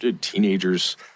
teenagers